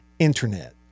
Internet